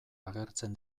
agertzen